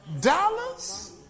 dollars